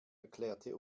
erklärte